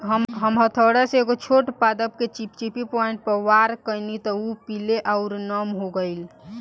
हम हथौड़ा से एगो छोट पादप के चिपचिपी पॉइंट पर वार कैनी त उ पीले आउर नम हो गईल